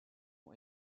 ont